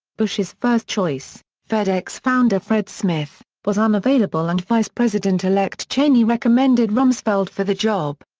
bush's first choice, fedex founder fred smith, was unavailable and vice president-elect cheney recommended rumsfeld for the job.